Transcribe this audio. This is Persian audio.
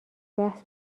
بحث